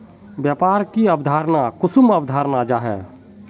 व्यापार की अवधारण कुंसम अवधारण जाहा?